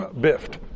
biffed